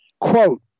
Quote